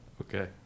Okay